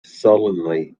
sullenly